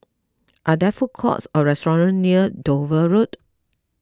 are there food courts or restaurant near Dover Road